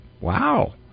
wow